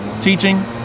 teaching